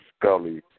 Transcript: Scully